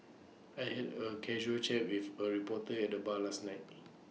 I had A casual chat with A reporter at the bar last night